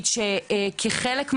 ואת, מה